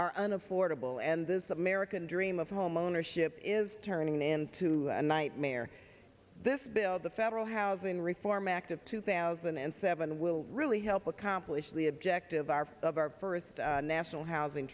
are an affordable and this american dream of homeownership is turning into a nightmare this below the federal housing reform act of two thousand and seven will really help accomplish the objective our of our first national housing